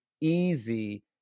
easy